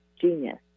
genius